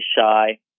shy